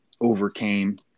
overcame